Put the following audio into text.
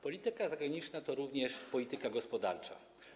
Polityka zagraniczna to również polityka gospodarcza.